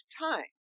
time